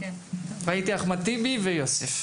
ראיתי אחמד טיבי ויוסף.